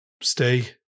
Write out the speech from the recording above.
stay